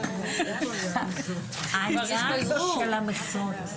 11:05.) אני מחדש את הישיבה.